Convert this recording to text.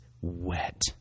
wet